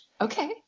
Okay